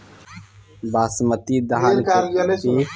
बासमती धान के सबसे उन्नत बीज केना होयत छै?